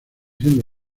siendo